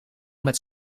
met